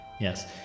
yes